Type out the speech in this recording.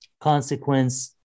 consequence